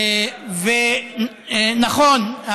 ונכון,